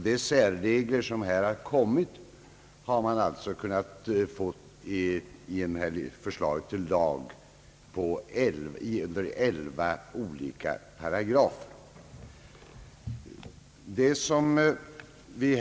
De särregler som här föreslagits har kunnat begränsas till 11 olika paragrafer i en särskild lag.